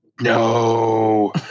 No